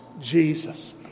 Jesus